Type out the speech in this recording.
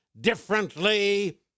differently